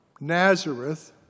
Nazareth